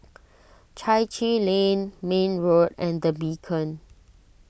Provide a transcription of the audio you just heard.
Chai Chee Lane May Road and the Beacon